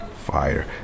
fire